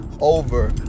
over